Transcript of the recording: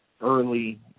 early